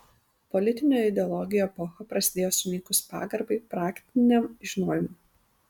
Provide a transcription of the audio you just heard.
politinių ideologijų epocha prasidėjo sunykus pagarbai praktiniam žinojimui